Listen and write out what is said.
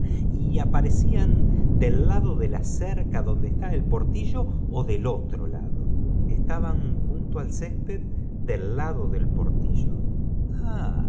y aparecían del lado de la cerca donde eetá el portillo ó del otro lado tüj estaban j n to al césped del lado del porah